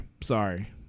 sorry